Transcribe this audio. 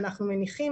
אנחנו מניחים,